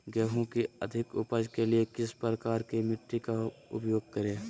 गेंहू की अधिक उपज के लिए किस प्रकार की मिट्टी का उपयोग करे?